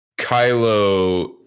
Kylo